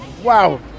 Wow